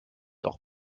auch